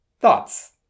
Thoughts